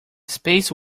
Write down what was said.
space